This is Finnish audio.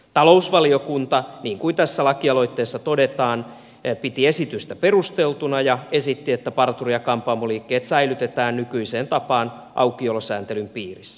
talousvaliokunta niin kuin tässä lakialoitteessa todetaan piti esitystä perusteltuna ja esitti että parturi ja kampaamoliikkeet säilytetään nykyiseen tapaan aukiolosääntelyn piirissä